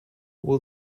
will